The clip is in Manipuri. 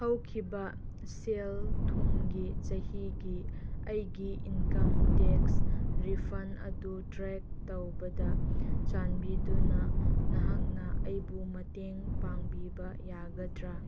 ꯍꯧꯈꯤꯕ ꯁꯦꯜ ꯊꯨꯝꯒꯤ ꯆꯍꯤꯒꯤ ꯑꯩꯒꯤ ꯏꯟꯀꯝ ꯇꯦꯛꯁ ꯔꯤꯐꯟ ꯑꯗꯨ ꯇ꯭ꯔꯦꯛ ꯇꯧꯕꯗ ꯆꯥꯟꯕꯤꯗꯨꯅ ꯅꯍꯥꯛꯅ ꯑꯩꯕꯨ ꯃꯇꯦꯡ ꯄꯥꯡꯕꯤꯕ ꯌꯥꯒꯗ꯭ꯔꯥ